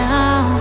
now